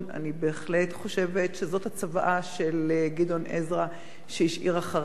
אני בהחלט חושבת שזאת הצוואה שגדעון עזרא שהשאיר אחריו.